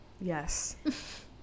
Yes